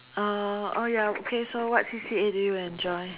uh oh ya okay so what C_C_A did you enjoy